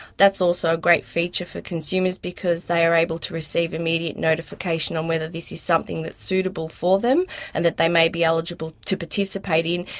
that's also a great feature for consumers because they are able to receive immediate notification on whether this is something that's suitable for them and that they may be eligible to participate in,